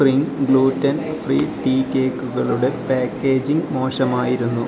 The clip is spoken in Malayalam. സ്പ്രിംഗ് ഗ്ലൂറ്റൻ ഫ്രീ ടീ കേക്കുകളുടെ പാക്കേജിംഗ് മോശമായിരുന്നു